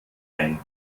ein